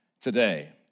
today